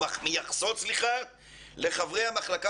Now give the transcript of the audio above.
הפיצו כרזות שמייחסות לחברי המחלקה